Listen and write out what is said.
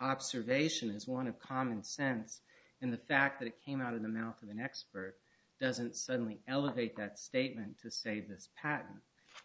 observation is one of common sense in the fact that it came out of the mouth of an expert doesn't suddenly elevate that statement to say this patent